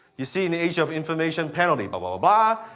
you see, in the age of information penalty, but blah, blah,